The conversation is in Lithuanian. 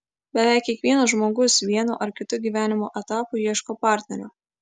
beveik kiekvienas žmogus vienu ar kitu gyvenimo etapu ieško partnerio